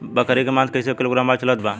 बकरी के मांस कईसे किलोग्राम भाव चलत बा?